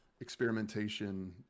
experimentation